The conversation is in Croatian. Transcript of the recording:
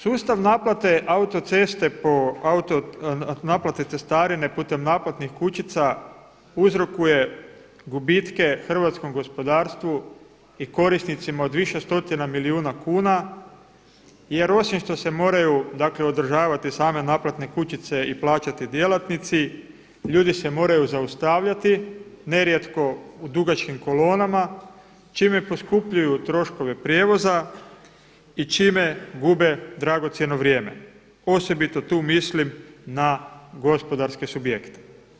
Sustav naplate autoceste po, naplate cestarine putem naplatnih kućica uzrokuje gubitke hrvatskom gospodarstvu i korisnicima od više stotina milijuna kuna jer osim što se moraju dakle održavati same naplatne kućice i plaćati djelatnici ljudi se moraju zaustavljati nerijetko u dugačkim kolonama čime poskupljuju troškove prijevoza i čime gube dragocjeno vrijeme, osobito tu mislim na gospodarske subjekte.